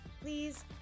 Please